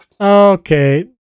okay